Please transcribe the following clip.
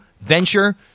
venture